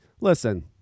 Listen